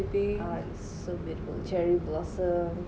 ah it's so beautiful cherry blossom